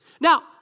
Now